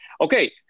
Okay